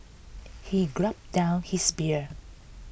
he gulped down his beer